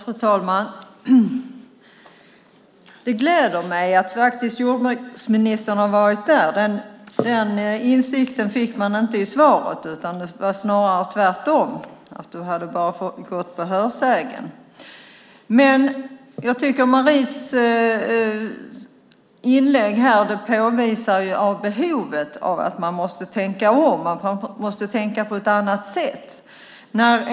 Fru talman! Det gläder mig att jordbruksministern har varit på Eldrimner. Den insikten fick man inte i svaret, utan där lät det snarare tvärtom som att du bara hade gått på hörsägen. Maries inlägg påvisar behovet av att man måste tänka om och tänka på ett annat sätt.